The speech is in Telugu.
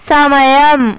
సమయం